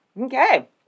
Okay